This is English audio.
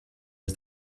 was